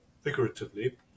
figuratively